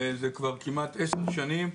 זה כבר כמעט עשר שנים,